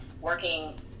working